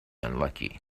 unlucky